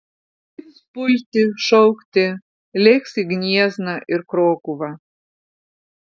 ims pulti šaukti lėks į gniezną ir krokuvą